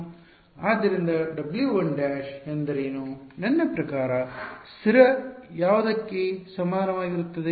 ಆದ್ದರಿಂದ W 1′ ಎಂದರೇನು ನನ್ನ ಪ್ರಕಾರ ಸ್ಥಿರ ಯಾವುದಕ್ಕೆ ಸಮನಾಗಿರುತ್ತದೆ